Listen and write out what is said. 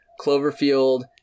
Cloverfield